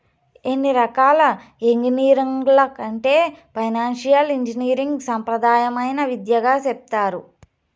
అన్ని రకాల ఎంగినీరింగ్ల కంటే ఫైనాన్సియల్ ఇంజనీరింగ్ సాంప్రదాయమైన విద్యగా సెప్తారు